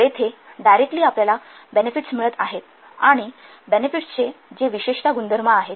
तर येथे डाइरेक्टली आपल्याला बेनेफिट्स मिळत आहेत आणि बेनेफिट्स जे विशेषत गुणधर्म आहेत